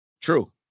True